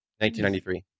1993